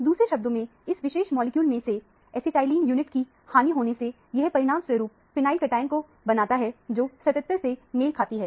दूसरे शब्दों में इस विशेष मॉलिक्यूल से एक ऐसीटाइलिन यूनिट की हानि होने से यह परिणाम स्वरूप फिनाइल कटआयन को बनाता है जो 77 से मेल खाती है